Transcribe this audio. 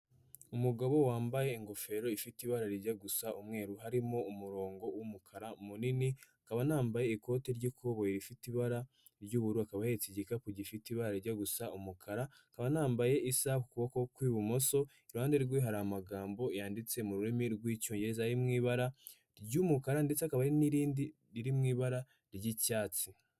Umugabo wambaye ingofero ifite ibara rijya gusa umweru harimo umurongo w'umukara munini, akaba anambaye ikoti ry'ikoboyi rifite ibara ry'ubururu akaba ahetse igikapu gifite ibara rijya gusa umukara, akaba anambaye isaha ku ukuboko kw'ibumoso, iruhande rwe hari amagambo yanditse mu rurimi rw'icyongereza ari mu ibara ry'umukara ndetse hakaba n'irindi riri mu ibara ry'icyatsi.